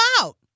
out